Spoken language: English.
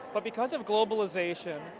but because of globalization,